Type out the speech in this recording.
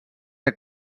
que